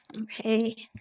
Okay